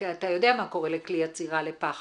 כי אתה יודע מה קרה לכלי עצירה לפח